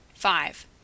Five